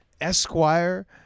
Esquire